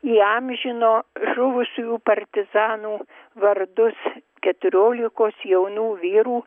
įamžino žuvusiųjų partizanų vardus keturiolikos jaunų vyrų